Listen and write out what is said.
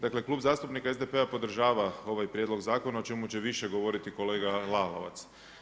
Dakle Klub zastupnika SDP-a podržava ovaj prijedlog zakona o čemu će više govoriti kolega Lalovac.